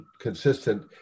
consistent